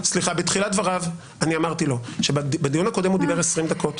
בתחילת דבריו אני אמרתי לו שבדיון הקודם הוא דיבר 20 דקות